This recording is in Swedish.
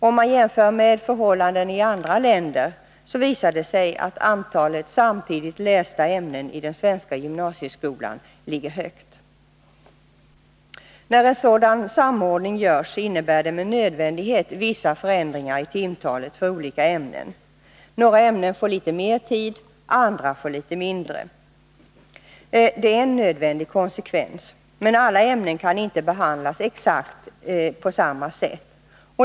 Om man jämför med förhållandena i andra länder, visar det sig att antalet samtidigt lästa ämnen i den svenska gymnasieskolan ligger högt. När en sådan här samordning görs innebär det med nödvändighet vissa förändringar i timtalet för olika ämnen. Några ämnen får litet mer tid, andra får litet mindre. Det är en nödvändig konsekvens. Alla ämnen kan dock inte behandlas exakt på samma sätt.